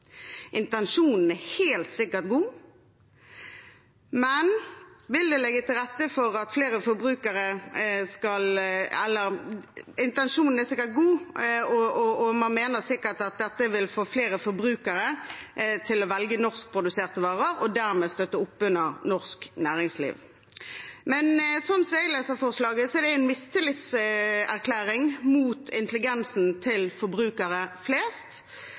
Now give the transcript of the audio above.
Intensjonen er helt sikkert god, og man mener sikkert at dette vil få flere forbrukere til å velge norskproduserte varer og dermed støtte opp under norsk næringsliv. Men slik jeg leser forslaget, er det en mistillitserklæring til intelligensen til forbrukere flest.